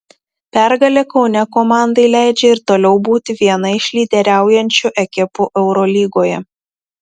pergalė kaune komandai leidžia ir toliau būti viena iš lyderiaujančių ekipų eurolygoje